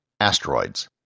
Asteroids